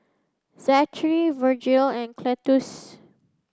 Zachery Virgle and Cletus